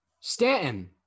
Stanton